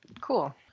Cool